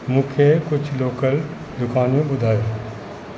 मूंखे कुझु लोकल दुकानूं ॿुधायो